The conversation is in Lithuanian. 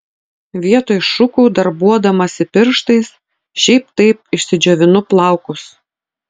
vietoj šukų darbuodamasi pirštais šiaip taip išsidžiovinu plaukus